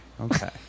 Okay